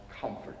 comfort